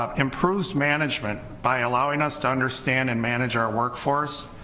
um improves management by allowing us to understand and manage our workforce,